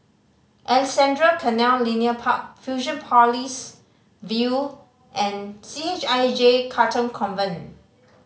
Alexandra Canal Linear Park Fusionopolis View and C H I J Katong Convent